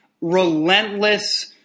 relentless